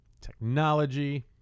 technology